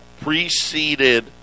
preceded